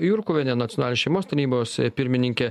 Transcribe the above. jurkuvienė nacionalinės šeimos tarybos pirmininkė